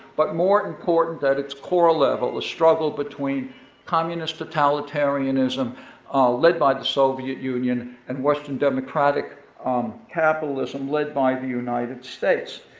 but more important that its core level, a struggle between communist totalitarianism led by the soviet union, and western democratic capitalism led by the united states.